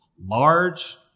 large